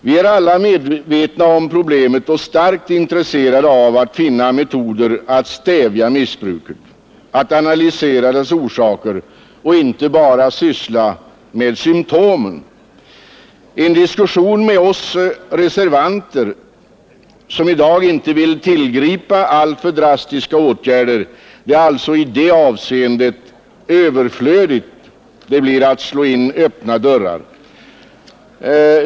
Vi är alla medvetna om problemet och starkt intresserade av att finna metoder att stävja missbruket, att analysera dess orsaker och inte bara syssla med symtomen. En diskussion med oss reservanter, som i dag inte vill tillgripa alltför drastiska åtgärder, är alltså i det avseendet överflödig — det blir att slå in öppna dörrar.